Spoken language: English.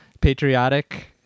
patriotic